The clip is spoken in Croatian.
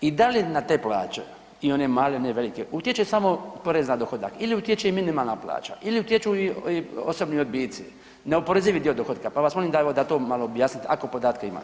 I da li na te plaće i one male i one velike utječe samo porez na dohodak ili utječe i minimalna plaća ili utječu i osobni odbici, neoporezivi dio dohotka, pa vas molim da evo da to malo objasnite ako podatke imate?